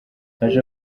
haje